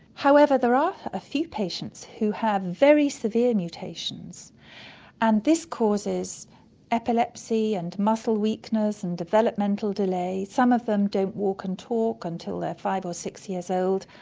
however, there are a few patients who have very severe mutations and this causes epilepsy and muscle weakness and developmental delay. some of them don't walk and talk until they're five or six years old.